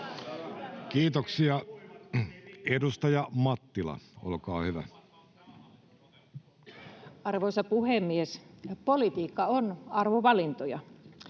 Kiitoksia. — Edustaja Mattila, olkaa hyvä. Arvoisa puhemies! Politiikka on arvovalintoja.